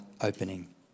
opening